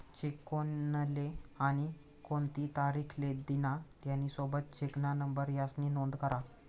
check कोनले आणि कोणती तारीख ले दिना, त्यानी सोबत चेकना नंबर यास्नी नोंद करा